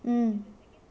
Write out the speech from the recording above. mm